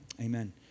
amen